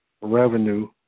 revenue